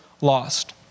lost